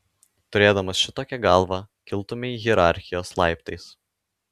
turėdamas šitokią galvą kiltumei hierarchijos laiptais